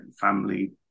family